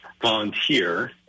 volunteer